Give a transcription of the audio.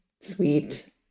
sweet